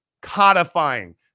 codifying